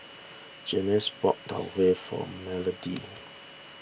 Janice bought Tau Huay for Melodie